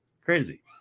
crazy